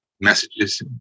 messages